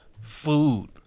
food